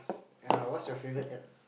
uh what's your favourite apps